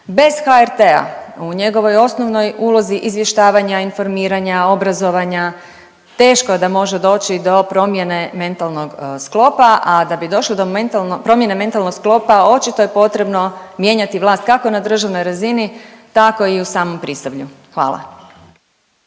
Bez HRT-a u njegovoj osnovnoj ulozi izvještavanja, informiranja, obrazovanja teško da može doći do promjene mentalnog sklopa, a da bi došli do promjene mentalnog sklopa očito je potrebno mijenjati vlast kako na državnoj razini tako i u samom Prisavlju. Hvala.